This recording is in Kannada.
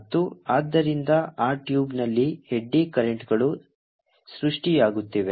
ಮತ್ತು ಆದ್ದರಿಂದ ಆ ಟ್ಯೂಬ್ನಲ್ಲಿ ಎಡ್ಡಿ ಕರೆಂಟ್ಗಳು ಸೃಷ್ಟಿಯಾಗುತ್ತಿವೆ